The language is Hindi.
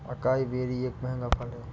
अकाई बेरी एक महंगा फल है